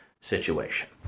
situation